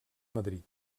madrid